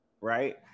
right